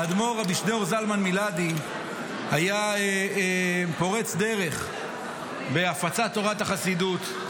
האדמו"ר רבי שניאור זלמן מלאדי היה פורץ דרך בהפצת תורת החסידות,